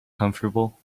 comfortable